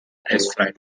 eisfrei